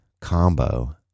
combo